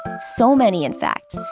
so many, in fact,